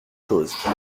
chose